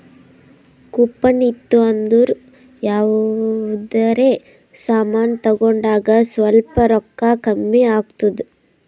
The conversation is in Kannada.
ಕೂಪನ್ ಇತ್ತು ಅಂದುರ್ ಯಾವ್ದರೆ ಸಮಾನ್ ತಗೊಂಡಾಗ್ ಸ್ವಲ್ಪ್ ರೋಕ್ಕಾ ಕಮ್ಮಿ ಆತ್ತುದ್